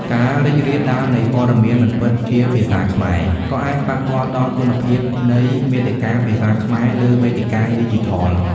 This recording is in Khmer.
ការរីករាលដាលនៃព័ត៌មានមិនពិតជាភាសាខ្មែរ ក៏អាចប៉ះពាល់ដល់គុណភាពនៃមាតិកាភាសាខ្មែរលើវេទិកាឌីជីថល។